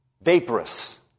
vaporous